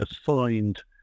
assigned